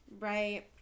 Right